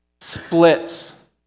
splits